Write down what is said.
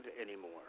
anymore